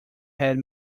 had